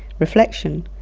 reflection,